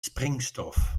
springstof